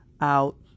out